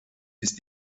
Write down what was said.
ist